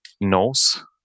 knows